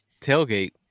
tailgate